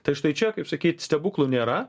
tai ir štai čia kaip sakyt stebuklų nėra